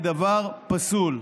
היא דבר פסול.